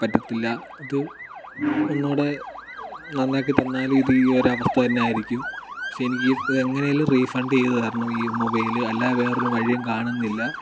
പറ്റത്തില്ല ഇത് ഒന്നുകൂടെ നന്നാക്കി തന്നാലും ഇത് ഈ ഒരു അവസ്ഥ തന്നെയായിരിക്കും പക്ഷേ എനിക്ക് ഇത് എങ്ങനെയെങ്കിലും റീഫണ്ട് ചെയ്തു തരണം ഈ മൊബൈൽ അല്ലാതെ വേറൊരു വഴിയും കാണുന്നില്ല